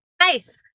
Nice